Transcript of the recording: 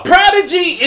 Prodigy